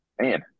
man